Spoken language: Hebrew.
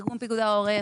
פיקוד העורף,